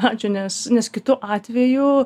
ačiū nes nes kitu atveju